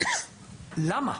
למה?